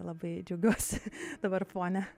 labai džiaugiuosi dabar fone